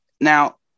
Now